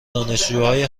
دانشجوهای